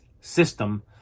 system